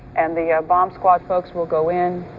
and the ah bomb squad folks will go in.